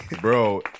Bro